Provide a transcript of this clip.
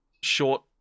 short